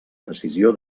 decisió